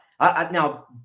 Now